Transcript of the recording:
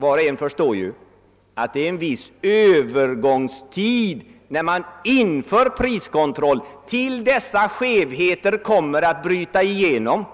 Var och en förstår att det finns en viss övergångstid när man infört priskontroll, innan dessa skevheter bryter igenom.